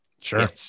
Sure